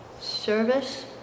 Service